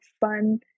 fun